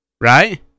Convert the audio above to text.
Right